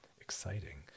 exciting